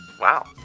Wow